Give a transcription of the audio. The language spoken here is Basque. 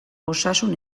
osasun